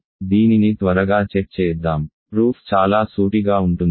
కాబట్టి దీనిని త్వరగా చెక్ చేద్దాం ప్రూఫ్ చాలా సూటిగా ఉంటుంది